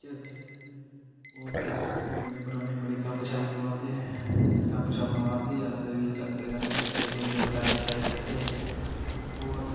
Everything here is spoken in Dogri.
टीचर हे होर दोस्त जेह्ड़े बड़े पराने बड़ी गपशप मारदे हे गपशप मारदे अस भी जागतें कन्नै फिरदे लड़ाई शड़ाई करदे होर